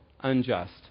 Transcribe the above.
unjust